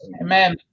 Amen